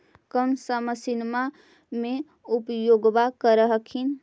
कौन सा मसिन्मा मे उपयोग्बा कर हखिन?